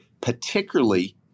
particularly